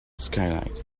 skylight